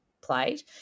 played